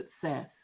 success